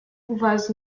was